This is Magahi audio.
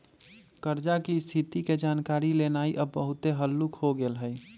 कर्जा की स्थिति के जानकारी लेनाइ अब बहुते हल्लूक हो गेल हइ